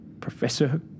Professor